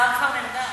השר כבר נרדם.